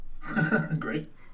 Great